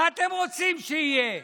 מה אתם רוצים שיהיה,